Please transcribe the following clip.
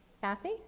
Kathy